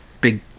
big